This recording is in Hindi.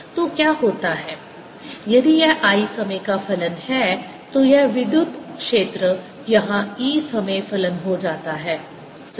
तो क्या होता है यदि यह I समय का फलन है तो यह विद्युत क्षेत्र यहाँ E समय फलन हो जाता है सही